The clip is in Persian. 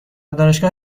دانشگاه